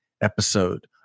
episode